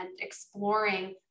exploring